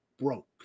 broke